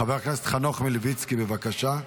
חבר הכנסת חנוך מלביצקי, בבקשה.